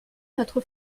notre